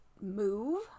move